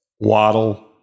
Waddle